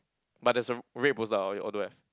but there's a red poster or you or don't have